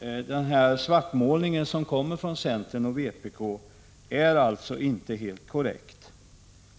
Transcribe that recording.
1985/86:137 ning som görs av centern och vpk är alltså inte helt korrekt.